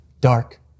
dark